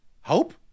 hope